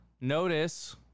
notice